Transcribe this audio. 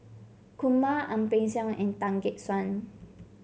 Kumar Ang Peng Siong and Tan Gek Suan